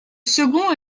second